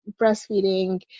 breastfeeding